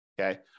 Okay